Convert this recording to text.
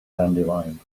dandelion